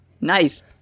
Nice